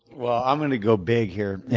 well, i'm going to go big here.